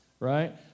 Right